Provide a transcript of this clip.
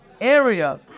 area